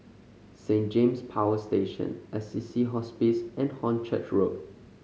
Saint James Power Station Assisi Hospice and Hornchurch Road